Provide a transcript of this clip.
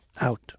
Out